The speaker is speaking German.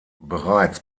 bereits